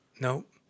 Nope